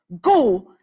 go